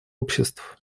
обществ